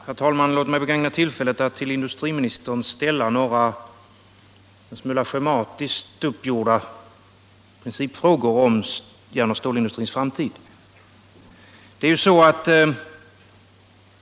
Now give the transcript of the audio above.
Herr talman! Låt mig begagna tillfället att till industriministern ställa några en smula schematiskt formulerade principiella frågor om järnoch stålindustrins framtid.